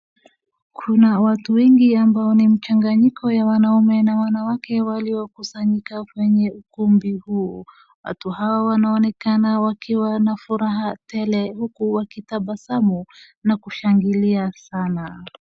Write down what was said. Kuna watu wengi ambao ni mchanganyiko ya wanaume na wanawake waliokusanyika kwenye ukumbi huo. Watu hao wanaonekana wakiwa na furaha tele huku wakitabasamu na kushangilia sana.